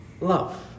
love